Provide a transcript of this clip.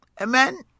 Amen